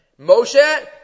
Moshe